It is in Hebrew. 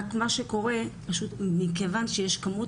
רק מה שקורה פשוט מכיוון שיש כמות